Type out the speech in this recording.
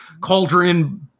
Cauldron